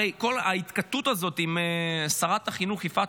הרי ההתקוטטות הזאת עם שרת החינוך יפעת